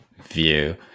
view